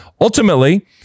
ultimately